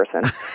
person